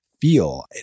feel